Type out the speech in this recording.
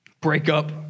breakup